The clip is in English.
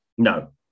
No